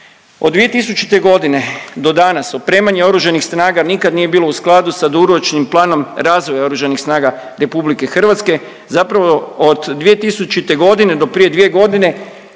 Od 2000. godine do danas opremanje oružanih snaga nikad nije bilo u skladu sa dugoročnim planom razvoja oružanih snaga RH, zapravo od 2000. godine do prije dvije godine